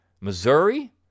Missouri